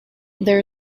there